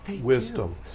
wisdom